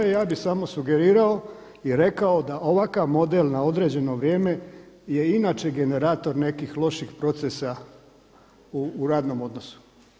Ja bih samo sugerirao i rekao da ovakav model na određeno vrijeme je inače generator nekih loših procesa u radnom odnosu.